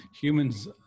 humans